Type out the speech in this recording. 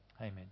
Amen